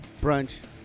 brunch